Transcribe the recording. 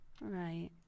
Right